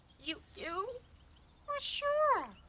you do? well sure.